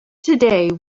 today